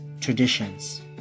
traditions